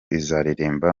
izaririmba